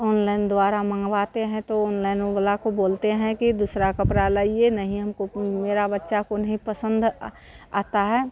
online द्वारा मँगवाते हैं तो ऑनलइन वाला को बोलते हैं कि दूसरा कपड़ा लइए नहीं हमको मेरा बच्चे को नहीं पसंद आता है